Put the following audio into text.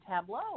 Tableau